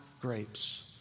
grapes